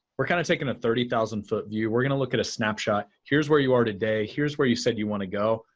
we're kind of taking the thirty thousand foot view. we're going to look at a snapshot. here's where you are today. here's where you said you want to go.